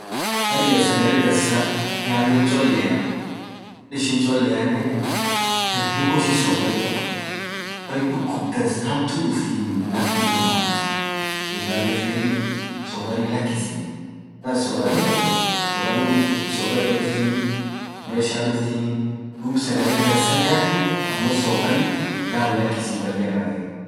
harriyya sagalee dansa nyanon cholea akk ishiin chollea, sagalle maal ishin sokarii kabaat sokarin dukub hamaah duftinii duub ralee fudedi sokari lakis sokarin dukub sokaria duftinii, presure duftinii.duub sagale dansa nyadii amo sokarii laam lakisii bayya irra bei.